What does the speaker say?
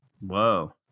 Whoa